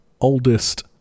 oldest